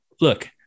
look